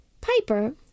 Piper